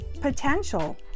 potential